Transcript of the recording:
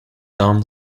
down